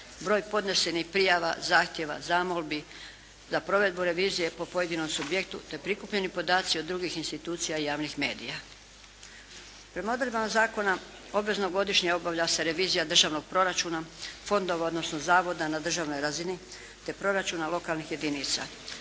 broj podnesenih prijava, zahtjeva, zamolbi za provedbu revizije po pojedinom subjektu te prikupljeni podaci od drugih institucija i javnih medija. Prema odredbama zakona obvezno godišnje obavlja se revizija državnog proračuna, fondova odnosno zavoda na državnoj razini te proračuna lokalnih jedinica.